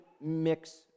mix